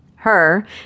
her